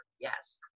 Yes